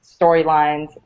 storylines